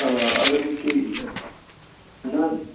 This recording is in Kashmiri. آ اگر وۅنۍ تُہۍ نہَ